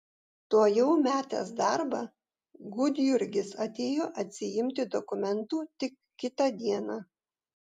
tuojau metęs darbą gudjurgis atėjo atsiimti dokumentų tik kitą dieną